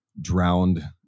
drowned